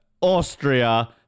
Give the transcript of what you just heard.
Austria